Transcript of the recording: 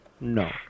no